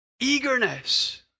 Eagerness